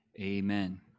amen